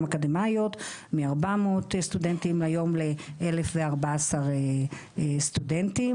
אקדמאיות מ-400 סטודנטים היום ל-1014 סטודנטים,